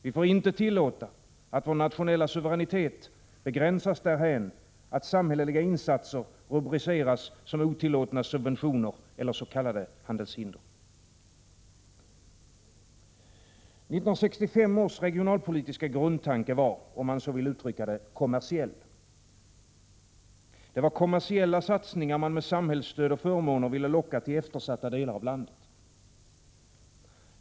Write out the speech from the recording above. Vi får inte tillåta att vår nationella suveränitet begränsas därhän, att samhälleliga insatser rubriceras som otillåtna subventioner eller s.k. handelshinder. 1965 års regionalpolitiska grundtanke var, om man så vill uttrycka det, kommersiell. Det var kommersiella satsningar man med samhällsstöd och förmåner ville locka till eftersatta delar av landet.